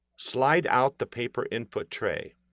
slide out the paper input tray.